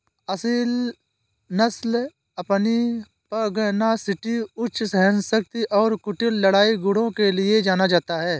असील नस्ल अपनी पगनासिटी उच्च सहनशक्ति और कुटिल लड़ाई गुणों के लिए जाना जाता है